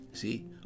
See